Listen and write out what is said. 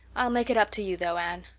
i'll make it up to you though, anne.